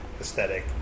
aesthetic